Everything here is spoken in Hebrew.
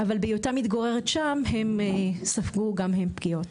אבל בהיותה מתגוררת שם הם ספגו גם הם פגיעות.